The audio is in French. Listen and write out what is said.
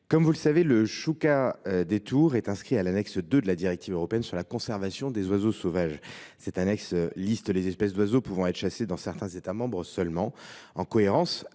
comme vous le savez, le choucas des tours est inscrit à l’annexe II de la directive européenne concernant la conservation des oiseaux sauvages. Cette annexe énumère les espèces d’oiseaux pouvant être chassées dans certains États membres seulement. En cohérence